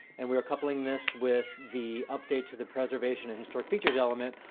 and we are coupling this with the update to the preservation and historic features element.